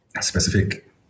specific